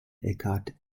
eckhart